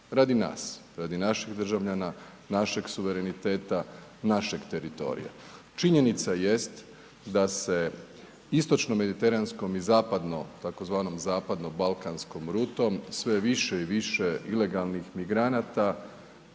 radi nas, radi naših državljana, našeg suvereniteta, našeg teritorija. Činjenica jest da se istočno-mediteranskom i zapadno tzv. zapadnom balkanskom rutom sve više i više ilegalnih migranata